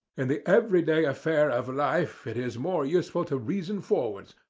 and the every-day affairs of life it is more useful to reason forwards,